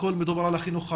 הכול מדובר על החינוך הערבי.